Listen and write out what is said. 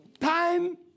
time